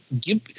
give